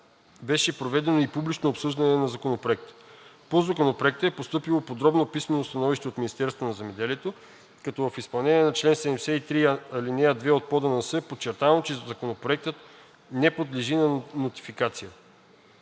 беше проведено и публично обсъждане на Законопроекта. По Законопроекта е постъпило подробно писмено становище от Министерството на земеделието, като в изпълнение на чл. 73, ал. 2 от ПОДНС е подчертано, че Законопроектът не подлежи на нотификация.